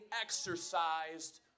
exercised